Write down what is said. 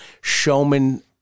showman